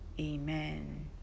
Amen